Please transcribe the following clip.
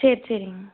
சரி சரிங்க